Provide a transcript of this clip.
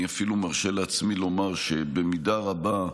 אני אפילו מרשה לעצמי לומר שבמידה רבה,